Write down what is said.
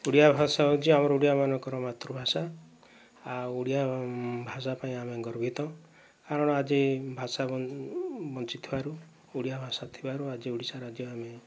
ଓଡ଼ିଆ ଭାଷା ହେଉଛି ଆମର ଓଡ଼ିଆମାନଙ୍କର ମାତୃଭାଷା ଆଉ ଓଡ଼ିଆ ଭାଷା ପାଇଁ ଆମେ ଗର୍ବିତ କାରଣ ଆଜି ଭାଷା ବଞ୍ଚିଥିବାରୁ ଓଡ଼ିଆ ଭାଷା ଥିବାରୁ ଆଜି ଓଡ଼ିଶା ରାଜ୍ୟ ଆମେ